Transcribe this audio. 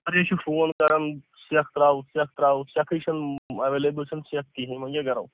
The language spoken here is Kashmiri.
سٲری چھِ فون کَران سیٚکھ ترٛاو سیٚکھ ترٛاو سیٚکھٕے چھَنہٕ اٮ۪ولیبٕل چھَنہٕ سیٚکھ کِہیٖنۍ وۄنۍ کیٛاہ کَرو